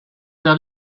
der